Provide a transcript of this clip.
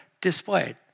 displayed